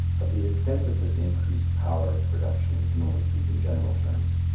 of the extent of this increased power of production we can only speak in general terms.